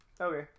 Okay